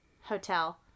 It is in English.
hotel